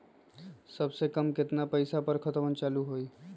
सबसे कम केतना पईसा पर खतवन चालु होई?